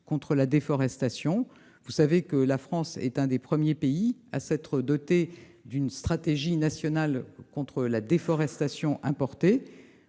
est un enjeu majeur. Vous le savez, la France est un des premiers pays à s'être doté d'une stratégie nationale contre la déforestation importée.